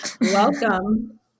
Welcome